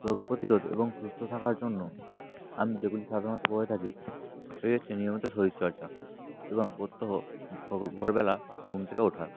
রোগ প্রতিরোধ এবং সুস্থ থাকার জন্য আমি যেগুলি সাধারণত করে থাকি সেটি হচ্ছে নিয়মিত শরীর চর্চা এবং প্রত্যহ ভোরবেলা ঘুম থেকে ওঠা